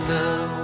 now